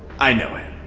i know him.